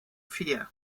fear